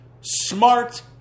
smart